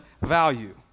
value